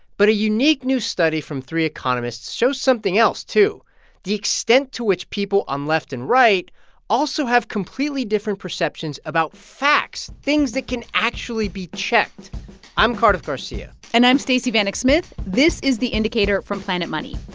but a unique new study from three economists shows something else, too the extent to which people on left and right also have completely different perceptions about facts, things that can actually be checked i'm cardiff garcia and i'm stacey vanek smith. this is the indicator from planet money.